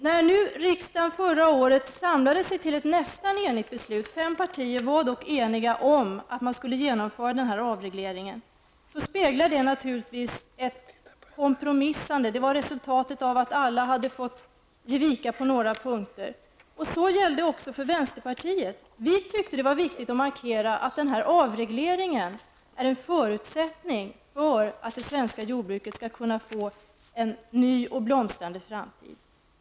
När riksdagen förra året samlade sig till ett nästan enigt beslut -- fem partier var eniga om att genomföra denna avreglering -- speglade det naturligtvis ett kompromissande. Det var resultatet av att alla hade fått ge vika på några punkter. Så var det också för vänsterpartiet. Vi tyckte att det var viktigt att markera att denna avreglering är en förutsättning för att det svenska jordbruket skall kunna få en ny och blomstrande framtid.